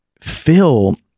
Phil